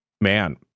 man